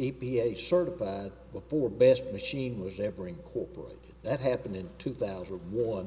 a certified before best machine was every corporate that happened in two thousand was